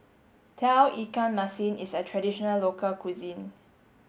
Tauge Ikan Masin is a traditional local cuisine